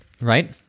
right